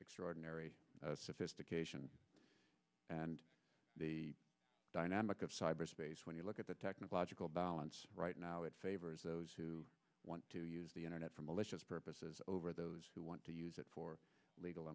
extraordinary sophistication and the dynamic of cyber space when you look at the technological balance right now it favors those who want to use the internet for malicious purposes over those who want to use it for legal